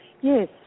Yes